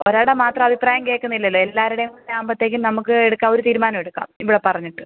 ഒരാളുടെ മാത്രം അഭിപ്രായം കേൾക്കുന്നില്ലല്ലോ എല്ലാവരുടെയും കൂടിയാകുമ്പത്തേക്കും നമുക്ക് എടുക്കുക ഒര് തീരുമാനെടുക്കുക ഇവിടെ പറഞ്ഞിട്ട്